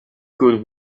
good